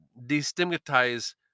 destigmatize